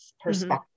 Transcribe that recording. perspective